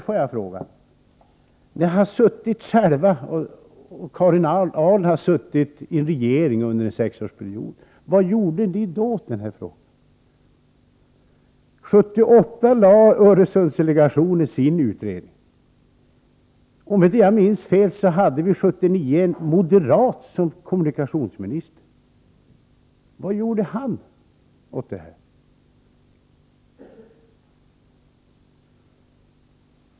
Får jag fråga: Karin Ahrland har själv suttit med i en regering under en sexårsperiod, och vad gjorde ni då åt den här frågan? 1978 lade Öresundsdelegationen fram resultaten av sin utredning. Om jag inte minns fel hade vi 1979 en moderat som kommunikationsminister.